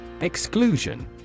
Exclusion